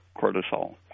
cortisol